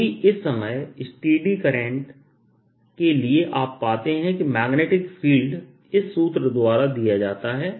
अभी इस समय स्टेडी स्टेट करंट के लिए आप पाते हैं कि मैग्नेटिक फील्ड इस सूत्र द्वारा दिया गया है